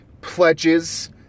pledges